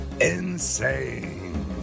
insane